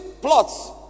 plots